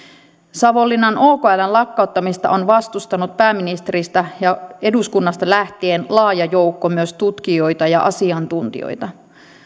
savonlinnan okln lakkauttamista on vastustanut pääministeristä ja eduskunnasta lähtien laaja joukko myös tutkijoita ja asiantuntijoita